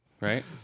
Right